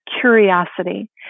curiosity